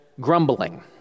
grumbling